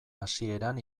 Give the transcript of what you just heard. hasieran